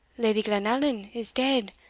lady glenallan, is dead,